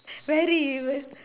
very evil